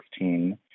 2016